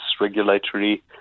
regulatory